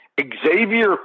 Xavier